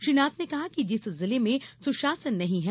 श्री नाथ ने कहा कि जिस जिले में सुशासन नहीं है